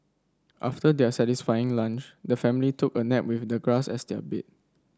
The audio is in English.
after their satisfying lunch the family took a nap with the grass as their bed